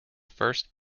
first